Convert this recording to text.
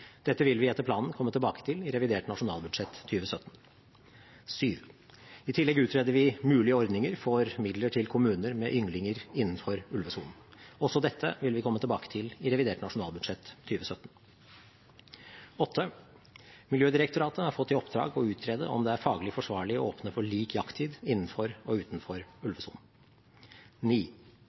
Dette vil vi etter planen komme tilbake til i revidert nasjonalbudsjett 2017. I tillegg utreder vi mulige ordninger for midler til kommuner med ynglinger innenfor ulvesonen. Også dette vil vi komme tilbake til i revidert nasjonalbudsjett 2017. Miljødirektoratet har fått i oppdrag å utrede om det er faglig forsvarlig å åpne for lik jakttid innenfor og utenfor ulvesonen.